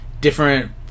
different